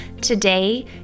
Today